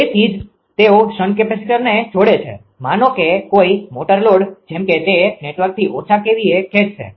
તેથી જ તેઓ શન્ટ કેપેસિટરને જોડે છે માનો કે કોઈ મોટર લોડ જેમ કે તે નેટવર્કથી ઓછા kVA ખેંચશે